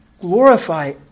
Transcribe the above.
Glorify